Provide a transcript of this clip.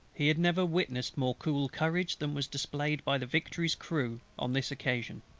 he had never witnessed more cool courage than was displayed by the victory's crew on this occasion.